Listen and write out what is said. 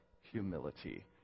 humility